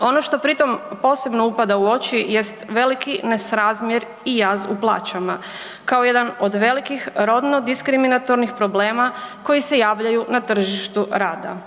Ono što pri tom posebno upada u oči jest veliki nesrazmjer i jaz u plaćama kao jedan od velikih rodno diskriminatornih problema koji se javljaju na tržištu rada.